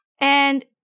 and-